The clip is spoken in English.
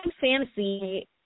fantasy